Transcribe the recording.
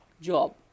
job